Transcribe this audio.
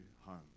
home